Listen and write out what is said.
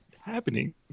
happening